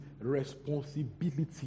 responsibility